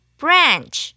branch